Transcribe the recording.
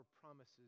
promises